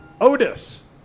Otis